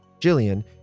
Jillian